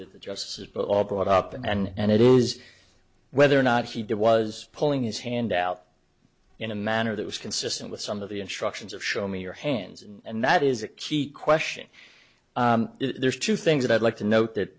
that the justices but all brought up and it is whether or not he did was pulling his hand out in a manner that was consistent with some of the instructions of show me your hands and that is a key question there's two things that i'd like to note that